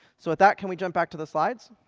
so with that, can we jump back to the slides?